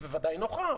היא בוודאי נוחה,